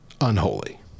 Unholy